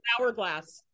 hourglass